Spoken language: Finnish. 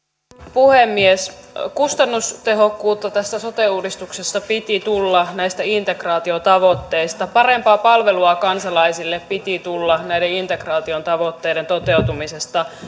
puhemies kustannustehokkuutta tässä sote uudistuksessa piti tulla näistä integraatiotavoitteista parempaa palvelua kansalaisille piti tulla näiden integraation tavoitteiden toteutumisesta